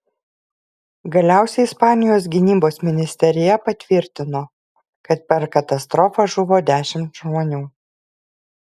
galiausiai ispanijos gynybos ministerija patvirtino kad per katastrofą žuvo dešimt žmonių